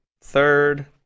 third